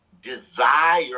desire